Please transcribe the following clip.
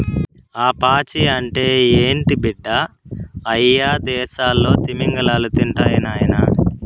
ఆ పాచి అంటే ఏంది బిడ్డ, అయ్యదేసాల్లో తిమింగలాలు తింటాయి నాయనా